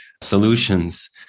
solutions